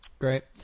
Great